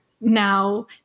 now